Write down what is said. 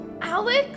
Alex